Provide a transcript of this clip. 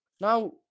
Now